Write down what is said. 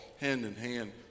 hand-in-hand